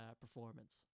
performance